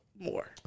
more